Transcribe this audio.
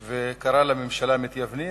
ולממשלה, מתייוונים.